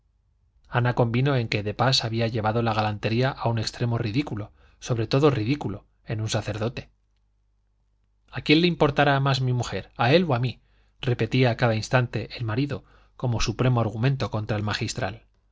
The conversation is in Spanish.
ana convino en que de pas había llevado la galantería a un extremo ridículo sobre todo ridículo en un sacerdote a quién le importará más mi mujer a él o a mí repetía a cada instante el marido como supremo argumento contra el magistral